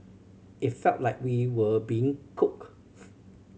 it felt like we were being cooked